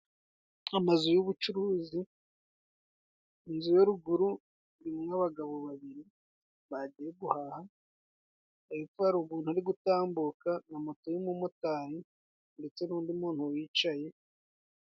Amazu y'ubucuruzi inzu ya ruguru irimo abagabo babiri. Bagiye guhaha hepfo hari umuntu uri gutambuka na moto y'umumotari ndetse n'undi muntu wicaye.